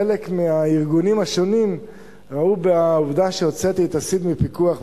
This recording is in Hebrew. חלק מהארגונים השונים ראו בעובדה שהוצאתי את הסיד מפיקוח,